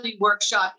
workshop